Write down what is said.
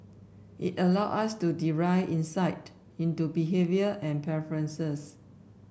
it allow us to derive insight into behaviour and preferences